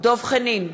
דב חנין,